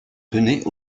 tenaient